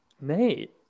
Nate